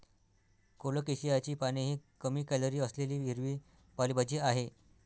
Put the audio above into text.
कोलोकेशियाची पाने ही कमी कॅलरी असलेली हिरवी पालेभाजी आहे